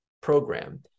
program